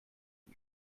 die